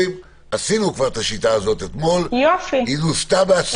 עשינו כבר את השיטה הזאת אתמול, היא נוסתה בהצלחה.